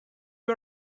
you